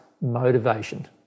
motivation